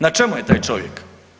Na čemu je taj čovjek?